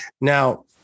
Now